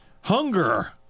Hunger